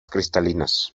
cristalinas